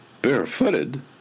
barefooted